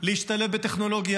להשתלב בטכנולוגיה.